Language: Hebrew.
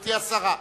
גברתי השרה.